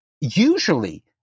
usually